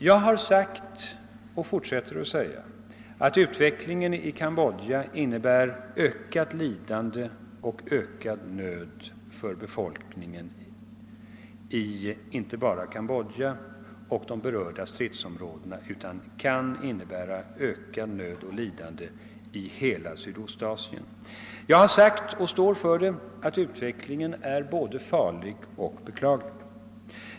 Jag har sagt och fortsätter att säga, att utvecklingen i Kambodja innebär ökat lidande och ökad nöd för befolkningen i inte bara Kambodja och de berörda stridsområdena utan att den dessutom kan innebära ökad nöd och ökat lidande i hela Sydostasien. Jag har sagt, och står för det, att utvecklingen är både farlig och beklaglig.